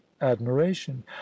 admiration